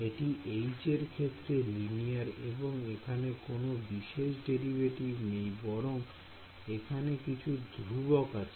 এটি H এর ক্ষেত্রে লিনিয়ার এবং এখানে কোন বিশেষ ডেরিভেটিভ নেই বরং এখানে কিছু ধ্রুবক আছে